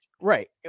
right